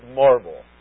marble